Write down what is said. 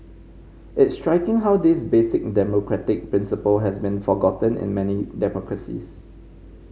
it's striking how this basic democratic principle has been forgotten in many democracies